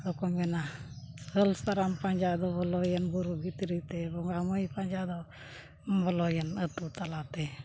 ᱟᱫᱚ ᱠᱚ ᱢᱮᱱᱟ ᱦᱟᱹᱞ ᱥᱟᱨᱟᱢ ᱯᱟᱸᱡᱟ ᱫᱚ ᱵᱚᱞᱚᱭᱮᱱ ᱵᱩᱨᱩ ᱵᱷᱤᱛᱨᱤ ᱛᱮ ᱵᱚᱸᱜᱟ ᱢᱟᱹᱭ ᱯᱟᱸᱡᱟ ᱫᱚ ᱵᱚᱞᱚᱭᱮᱱ ᱟᱛᱳ ᱛᱟᱞᱟᱛᱮ